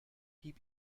hieb